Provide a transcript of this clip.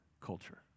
culture